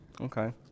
Okay